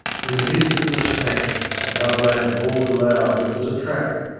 from the midst of the stramash a dove-laner bawled aloud that it was a trap,